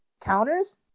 counters